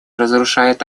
разрушает